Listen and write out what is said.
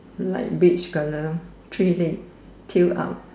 light beige colour three leg tail out